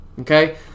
okay